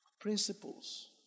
Principles